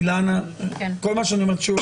אילנה, כל מה שאני אומר שוב